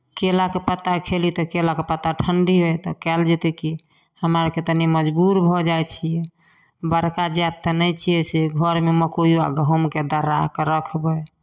केलाके पत्ता खिएली तऽ केलाके पत्ता ठण्डे हइ तऽ कयल जेतै की हमरा अरके तनि मजबूर भऽ जाइ छियै बड़का जाति तऽ नै छियै से घरमे मक्कइ आ गहूँमके दर्राकेँ रखबै